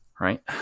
right